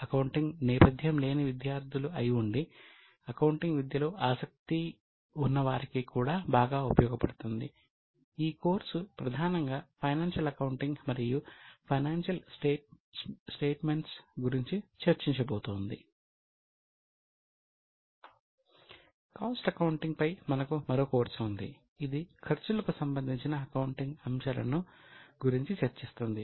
cost accounting పై మనకు మరో కోర్సు ఉంది ఇది ఖర్చులకు సంబంధించిన అకౌంటింగ్ అంశాలను గురించి చర్చిస్తుంది